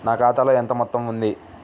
నా ఖాతాలో ఎంత మొత్తం ఉంది?